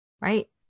right